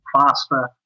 faster